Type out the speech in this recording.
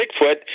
Bigfoot